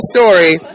Story